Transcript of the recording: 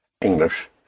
English